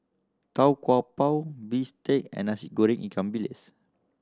Tau Kwa Pau bistake and Nasi Goreng ikan bilis